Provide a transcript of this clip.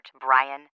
Brian